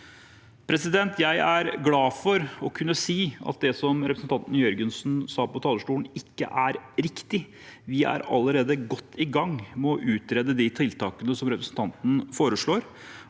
Jeg er glad for å kunne si at det representanten Jørgensen sa på talerstolen, ikke er riktig. Vi er allerede godt i gang med å utrede de tiltakene representantene foreslår.